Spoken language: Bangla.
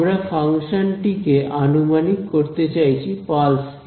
আমরা ফাংশনটি কে আনুমানিক করতে চাইছি পালস দিয়ে